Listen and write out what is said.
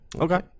Okay